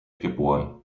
geboren